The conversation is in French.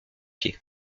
pied